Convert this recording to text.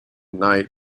knight